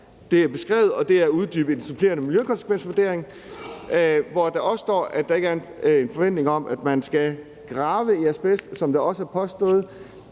Det er beskrevet her, og det er uddybet i den supplerende miljøkonsekvensvurdering, hvor der også står, at der ikke er en forventning om, at man skal grave i asbest, som det også er blevet